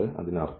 അതിനർത്ഥം